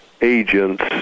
agents